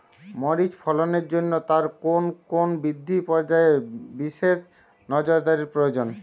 মরিচ ফলনের জন্য তার কোন কোন বৃদ্ধি পর্যায়ে বিশেষ নজরদারি প্রয়োজন?